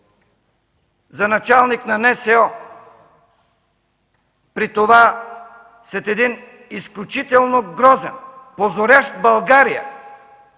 за началник на НСО, при това след изключително грозен, позорящ България